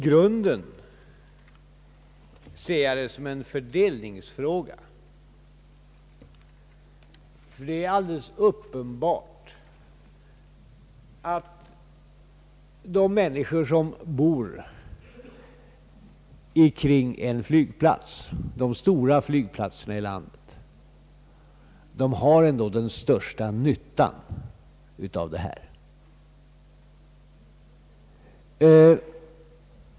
I grunden ser jag detta som en fördelningsfråga, ty det är alldeles uppenbart att de människor som bor kring de stora flygplatserna i landet ändå har den största nyttan av dessa.